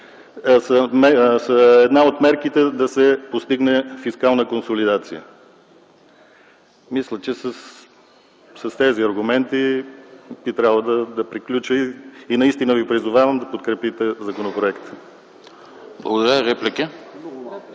са една от мерките да се постигне фискална консолидация. Мисля, че с тези аргументи би трябвало да приключа и наистина ви призовавам да подкрепите законопроекта.